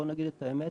בוא נגיד את האמת,